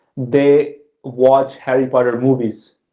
they watch harry potter movies.